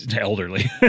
elderly